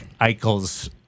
Eichel's